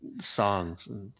songs